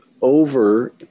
over